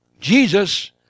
Jesus